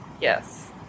Yes